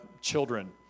children